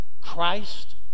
Christ